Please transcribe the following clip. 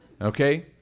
Okay